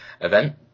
event